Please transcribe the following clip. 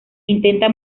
intenta